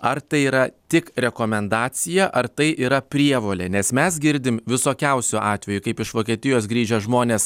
ar tai yra tik rekomendacija ar tai yra prievolė nes mes girdim visokiausių atvejų kaip iš vokietijos grįžę žmonės